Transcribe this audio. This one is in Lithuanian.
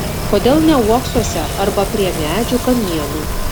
kodėl ne uoksuose arba prie medžių kamienų